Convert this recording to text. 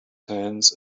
hands